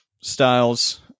styles